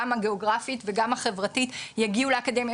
גם הגיאוגרפית וגם החברתית יגיעו לאקדמיה,